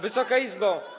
Wysoka Izbo!